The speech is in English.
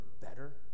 better